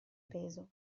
peso